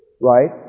right